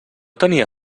tenia